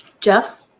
jeff